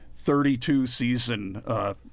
32-season